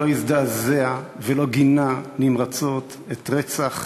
שלא הזדעזע ולא גינה נמרצות את הרצח